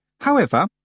However